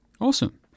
awesome